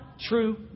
true